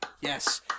Yes